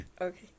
okay